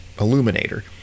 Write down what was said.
illuminator